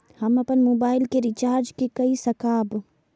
हम अपन मोबाइल के रिचार्ज के कई सकाब?